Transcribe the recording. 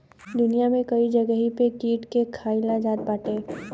दुनिया में कई जगही पे कीट के खाईल जात बाटे